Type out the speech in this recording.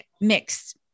mix